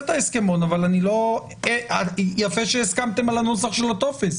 את ההסכמון יפה שהסכמתם על הנוסח של הטופס